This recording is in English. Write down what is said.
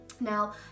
now